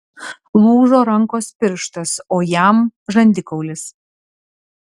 lūžo rankos pirštas o jam žandikaulis